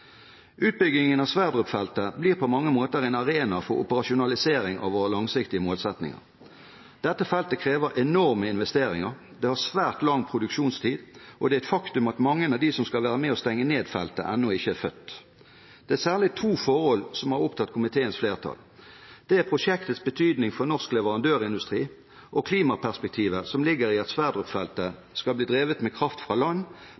Utbyggingen av Sverdrup-feltet blir på mange måter en arena for operasjonalisering av våre langsiktige målsettinger. Dette feltet krever enorme investeringer, det har svært lang produksjonstid, og det er et faktum at mange av dem som skal være med på å stenge ned feltet, ennå ikke er født. Det er særlig to forhold som har opptatt komiteens flertall. Det er prosjektets betydning for norsk leverandørindustri og klimaperspektivet som ligger i at Sverdrup-feltet skal bli drevet med kraft fra land,